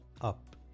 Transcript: up